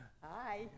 hi